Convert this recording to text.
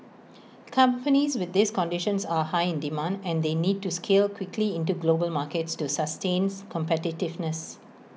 companies with these conditions are high in demand and they need to scale quickly into global markets to sustains competitiveness